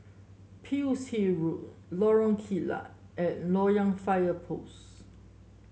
Pearl's Hill Road Lorong Kilat and Loyang Fire Post